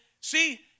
See